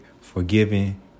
Forgiving